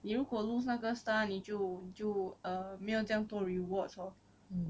你如果 lose 那个 star 你就就没有这样多 rewards or